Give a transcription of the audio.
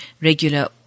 regular